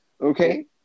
Okay